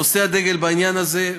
נושא הדגל בעניין הזה.